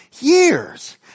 Years